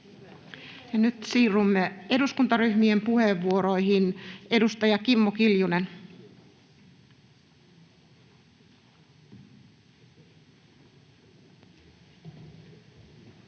nyt siirrymme eduskuntaryhmien puheenvuoroihin. — Edustaja Kimmo Kiljunen. [Speech